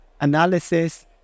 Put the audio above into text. analysis